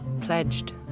pledged